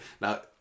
Now